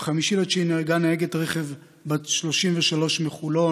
ב-5 בספטמבר נהרגה נהגת רכב בת 33 מחולון.